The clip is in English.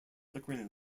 flickering